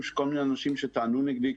של כל מיני אנשים שאמרו שאני שמאלני.